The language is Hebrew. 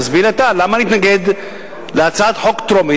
תסביר לי אתה למה להתנגד להצעת חוק טרומית.